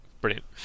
Brilliant